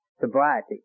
sobriety